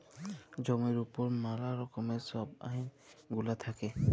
জমির উপর ম্যালা রকমের ছব আইল গুলা থ্যাকে